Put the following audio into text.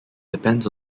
depends